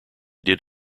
did